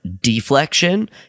deflection